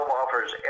offers